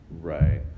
right